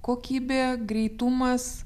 kokybė greitumas